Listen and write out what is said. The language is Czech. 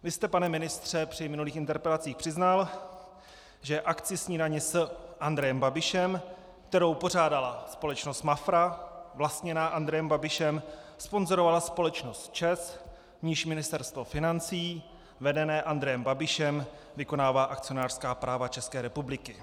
Vy jste, pane ministře, při minulých interpelacích přiznal, že akci snídani s Andrejem Babišem, kterou pořádala společnost Mafra vlastněná Andrejem Babišem, sponzorovala společnost ČEZ, v níž Ministerstvo financí vedené Andrejem Babišem vykonává akcionářská práva České republiky.